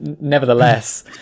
nevertheless